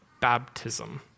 baptism